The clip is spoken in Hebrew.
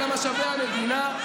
אלא משאבי המדינה.